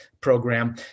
program